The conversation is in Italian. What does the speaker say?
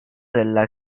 della